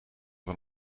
van